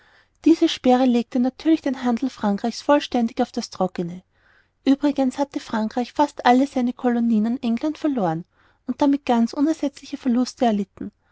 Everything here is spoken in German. diese sperre legte natürlich den handel frankreich's vollständig au das trockene uebrigens hatte frankreich fast alle seine colonien an england verloren und damit ganz unersetzliche verluste erlitten